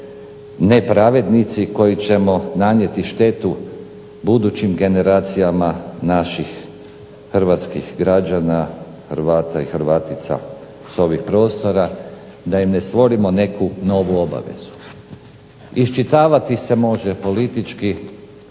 nepravednici koji ćemo nanijeti štetu budućim generacijama naših građana Hrvata i Hrvatica s ovih prostora, da im ne stvorimo neku novu obavezu. Iščitavati se može politički